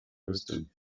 wisdom